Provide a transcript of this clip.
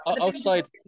outside